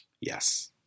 Yes